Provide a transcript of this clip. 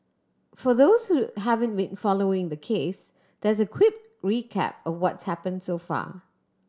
for those who haven't been following the case there's a quick recap or what's happen so far